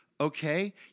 Okay